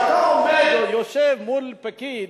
כשאתה עומד או יושב מול פקיד,